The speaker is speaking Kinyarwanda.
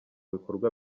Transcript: bikorwa